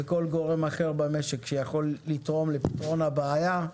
וכל גורם אחר במשק שיכול לתרום לפתרון הבעיה,